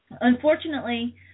Unfortunately